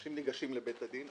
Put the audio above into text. אנשים ניגשים לבית הדין,